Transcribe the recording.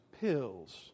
pills